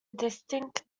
distinct